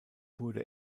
wurde